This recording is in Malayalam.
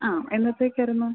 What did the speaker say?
ആ എന്നത്തേക്കായിരുന്നു